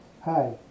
Hi